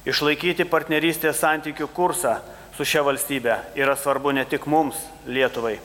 išlaikyti partnerystės santykių kursą su šia valstybe yra svarbu ne tik mums lietuvai